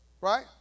Right